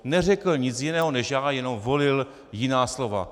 Neřekl nic jiného než já, jenom volil jiná slova.